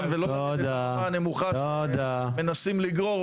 ולא לרדת לרמה הנמוכה שמנסים לגרור פה.